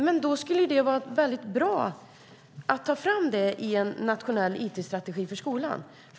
Därför skulle det vara väldigt bra att ta fram detta i en nationell it-strategi för skolan.